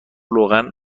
روغن